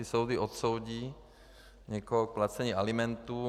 Soudy odsoudí někoho k placení alimentů.